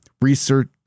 research